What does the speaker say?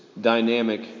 dynamic